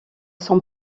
son